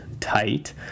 tight